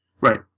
Right